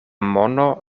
mono